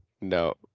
No